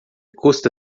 custa